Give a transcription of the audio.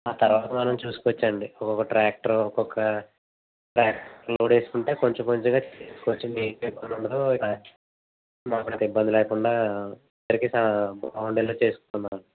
ఆ తర్వాత మనం చూసుకోవచ్చు అండి ఒక ట్రాక్టరు ఒక్కొక్క ట్రాక్టరు లోడ్ వేసుకుంటే కొంచెంకొంచెంగా ఖర్చు మీకు ఎక్కువ ఉండదు మాకు కూడ ఇబ్బంది లేకుండా ఇద్దరికి సా బాగుండేలాగ చేసుకుందాం అండి